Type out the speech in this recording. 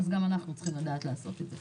אז גם אנחנו צריכים לעשות את זה.